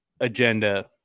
agenda